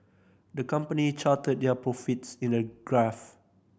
the company charted their profits in a graph